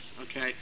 okay